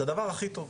זה הדבר הכי טוב.